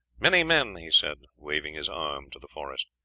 many men, he said, waving his arm to the forest,